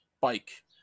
bike